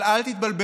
אבל אל תתבלבלו,